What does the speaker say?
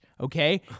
okay